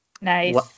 Nice